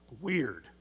Weird